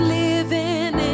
living